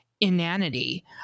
inanity